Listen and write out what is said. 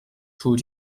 called